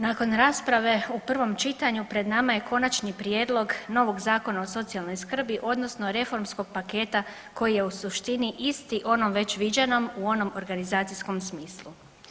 Nakon rasprave u prvom čitanju pred nama je konačni prijedlog novog Zakona o socijalnoj skrbi odnosno reformskog paketa koji je u suštini isti već onom viđenom u onom organizacijskom smislu.